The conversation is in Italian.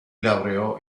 laureò